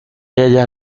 ella